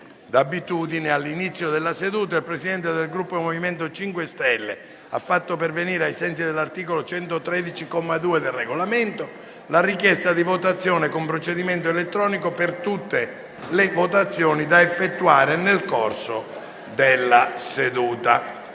che all'inizio della seduta il Presidente del Gruppo MoVimento 5 Stelle ha fatto pervenire, ai sensi dell'articolo 113, comma 2, del Regolamento, la richiesta di votazione con procedimento elettronico per tutte le votazioni da effettuare nel corso della seduta.